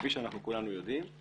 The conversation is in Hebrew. כפי שאנחנו כולנו יודעים,